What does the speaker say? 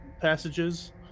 passages